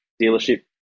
dealership